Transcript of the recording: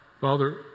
Father